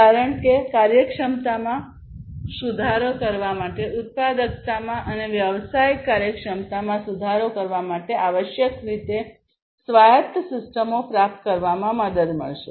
કારણ કે કાર્યક્ષમતામાં સુધારો કરવા માટે ઉત્પાદકતામાં અને વ્યવસાયિક કાર્યક્ષમતામાં સુધારો કરવા માટે આવશ્યક રીતે સ્વાયત્ત સિસ્ટમો પ્રાપ્ત કરવામાં મદદ મળશે